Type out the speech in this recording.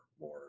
more